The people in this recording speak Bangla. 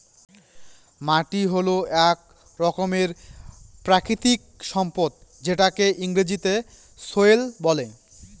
মাটি হল এক রকমের প্রাকৃতিক সম্পদ যেটাকে ইংরেজিতে সয়েল বলে